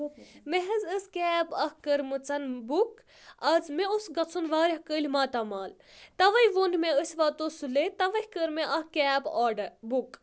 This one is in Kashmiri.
مےٚ حظ ٲسۍ کیب اکھ کٔرمٕژَن بُک آز مےٚ اوس گژھُن واریاہ کٲلۍ ماتامال تَوَے ووٚن مےٚ أسۍ واتو سُلے تَوَے کٔر مےٚ اکھ کیب آرڈَر بُک